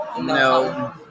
No